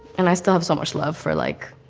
and i still have so much love for like,